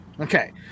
Okay